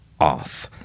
off